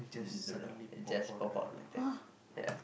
mm don't know it just pop out like that ya